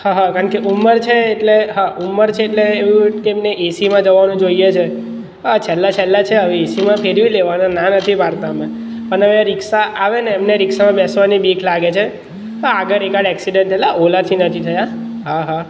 હા હા કારણકે ઊંમર છે એટલે હા ઊંમર છે એટલે એવું તેમને એસીમાં જવાનું જોઈએ છે હા છેલ્લા છેલ્લા છે હવે એસીમાં ફેરવી લેવાનો ના નથી પાડતા અમે અને રિક્ષા આવે ને એમને રિક્ષામાં બેસવાની બીક લાગે છે આગળ એકાદ એક્સિડન્ટ એટલે ઓલાથી નથી થયા હા હા